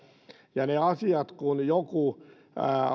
kun joku